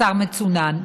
בשר מצונן.